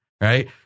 Right